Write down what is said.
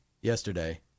yesterday